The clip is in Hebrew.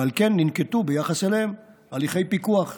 ועל כן ננקטו ביחס להם הליכי פיקוח ואכיפה.